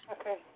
Okay